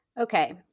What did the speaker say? Okay